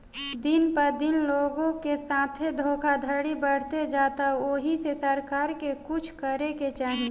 दिन प दिन लोग के साथे धोखधड़ी बढ़ते जाता ओहि से सरकार के कुछ करे के चाही